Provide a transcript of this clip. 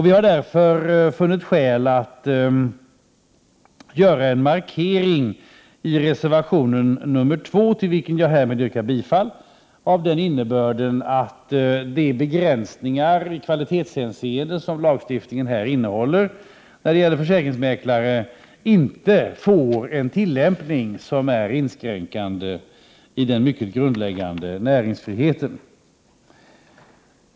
Vi har därför funnit skäl att göra en markering i reservation 2, till vilken jag härmed yrkar bifall, av innebörden att de begränsningar i kvalitetshänseende som lagstiftningen här innehåller när det gäller försäkringsmäklare inte får en tillämpning som är inskränkande i den mycket grundläggande näringsfriheten.